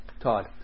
Todd